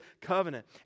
covenant